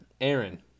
Aaron